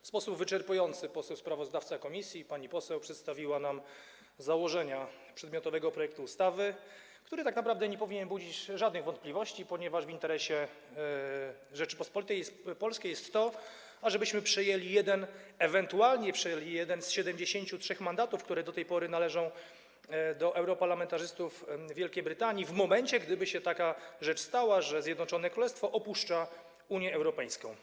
W sposób wyczerpujący pani poseł sprawozdawca komisji przedstawiła nam założenia przedmiotowego projektu ustawy, który tak naprawdę nie powinien budzić żadnych wątpliwości, ponieważ w interesie Rzeczypospolitej Polskiej jest to, ażebyśmy ewentualnie przejęli jeden z 73 mandatów, które do tej pory należą do europarlamentarzystów Wielkiej Brytanii, w momencie gdyby stało się tak, że Zjednoczone Królestwo opuści Unię Europejską.